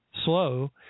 slow